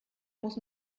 muss